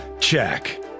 check